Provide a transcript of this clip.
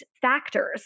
factors